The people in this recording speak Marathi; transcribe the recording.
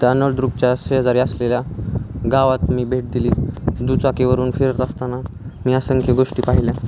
त्या नळदुर्गच्या शेजारी असलेल्या गावात मी भेट दिली दुचाकीवरून फिरत असताना मी असंख्य गोष्टी पाहिल्या